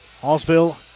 Hallsville